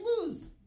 lose